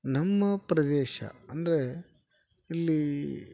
ನಮ್ಮ ಪ್ರದೇಶ ಅಂದರೆ ಇಲ್ಲಿ